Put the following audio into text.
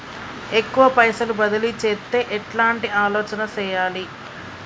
ఎక్కువ పైసలు బదిలీ చేత్తే ఎట్లాంటి ఆలోచన సేయాలి?